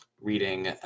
reading